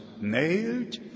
nailed